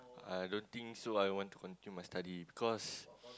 I don't think so I want to continue my study because